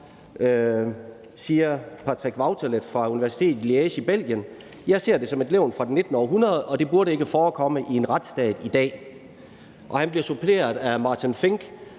siger Patrick Wautelet fra universitetet i Liège i Belgien: »Jeg ser det som et levn fra det 19. århundrede, og det burde ikke forekomme i en retsstat i dag«. Han bliver suppleret af Maarten Vink